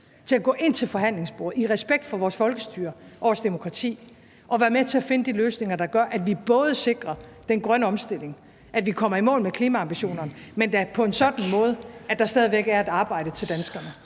til at gå ind til forhandlingsbordet i respekt for vores folkestyre og vores demokrati og være med til at finde de løsninger, der gør, at vi både sikrer den grønne omstilling, at vi kommer i mål med klimaambitionerne, men da på en sådan måde, at der stadig væk er et arbejde til danskerne.